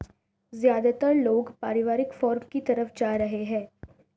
ज्यादातर लोग पारिवारिक फॉर्म की तरफ जा रहै है